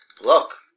look